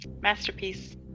Masterpiece